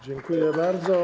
Dziękuję bardzo.